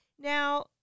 Now